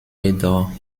jedoch